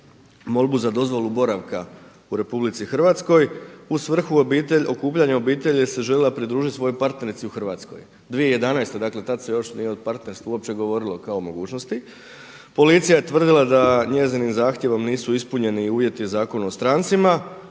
molbu za dozvolu boravka u RH u svrhu okupljanja obitelji se željela pridružiti svojoj partnerici u Hrvatskoj, 2011., dakle tada se još nije o partnerstvu uopće govorilo kao o mogućnosti. Policija je tvrdila da njezinim zahtjevom nisu ispunjeni uvjeti o Zakonu o strancima,